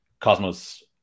Cosmos